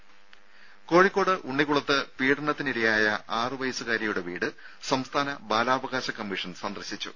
രുര കോഴിക്കോട് ഉണ്ണികുളത്ത് പീഡനത്തിന് ഇരയായ ആറ് വയസ്സുകാരിയുടെ വീട് സംസ്ഥാന ബാലാവകാശ കമ്മീഷൻ സന്ദർശിച്ചു